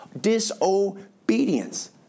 disobedience